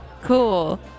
Cool